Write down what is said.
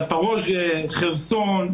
זפוריז'יה, חרסון.